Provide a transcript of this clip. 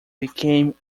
became